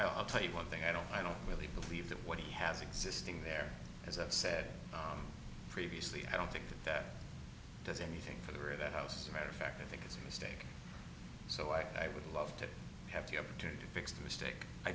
i'll tell you one thing i don't i don't really believe that what he has existing there as i've said previously i don't think that there's anything for the area that house a matter of fact i think it's a mistake so i would love to have the opportunity to fix the mistake i